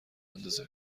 اندازه